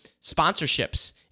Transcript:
sponsorships